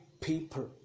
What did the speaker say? people